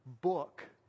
book